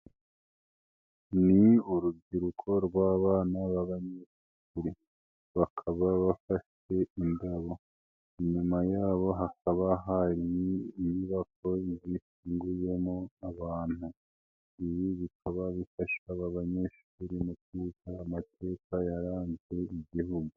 Ni urubyiruko rw'abana b'abanyeshuri bakaba bafashe indabo, inyuma yabo hakaba hari inyubako zirimo abantu. Ibi bikaba bifasha aba banyeshuri mu kwibuka amateka yaranzwe 'n'igihugu.